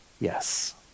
Yes